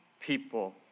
people